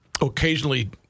occasionally